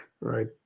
Right